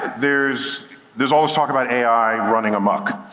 there's there's all this talk about ai running amuck.